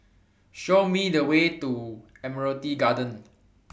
Show Me The Way to Admiralty Garden